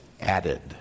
added